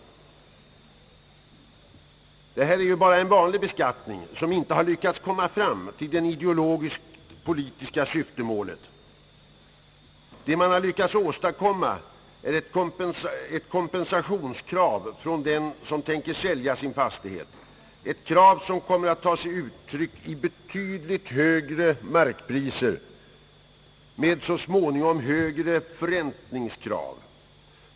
Detta är ju bara en vanlig beskattning som inte har lyckats komma fram till det ideologiskt-politiska syftemålet. Vad man har lyckats åstadkomma är ett kompensationskrav från den som tänker sälja sin fastighet, ett krav som kommer att: ta sig uttryck i betydligt högre markpriser med så småningom högre förräntningskrav.